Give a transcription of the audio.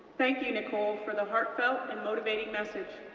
thank you, nicole, for the heartfelt and motivating message.